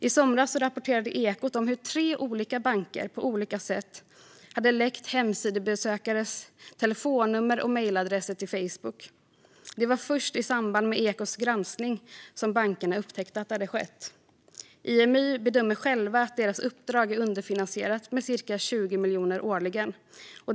I somras rapporterade Ekot om hur tre olika banker på olika sätt hade läckt hemsidesbesökares telefonnummer och mejladresser till Facebook. Det var först i samband med Ekots granskning som bankerna upptäckte att det hade skett. Imy bedömer självt att uppdraget är underfinansierat med cirka 20 miljoner årligen.